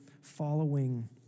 following